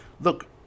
Look